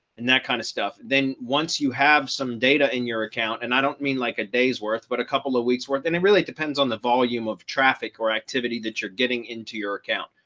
and that kind of stuff. then once you have some data in your account, and i don't mean like a day's worth, but a couple of weeks worth and it really depends on the volume of traffic or activity that you're getting into your account,